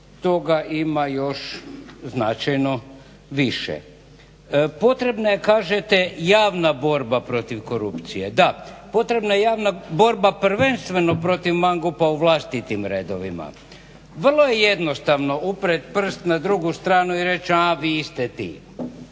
Toga ima još značajno više. Potrebna je kažete javna borba protiv korupcije. Da, potrebna je javna borba prvenstveno protiv mangupa u vlastitim redovima. Vrlo je jednostavno uprijet prst na drugu stranu i reći a vi ste ti.